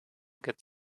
get